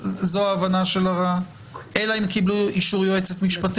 אני חושבת